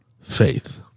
faith